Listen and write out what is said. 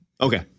Okay